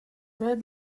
red